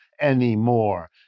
anymore